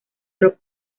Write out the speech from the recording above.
rock